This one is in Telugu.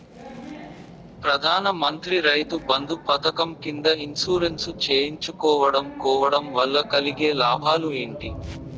ప్రధాన మంత్రి రైతు బంధు పథకం కింద ఇన్సూరెన్సు చేయించుకోవడం కోవడం వల్ల కలిగే లాభాలు ఏంటి?